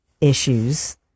issues